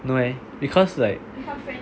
no eh because like